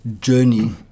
journey